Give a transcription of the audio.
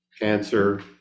cancer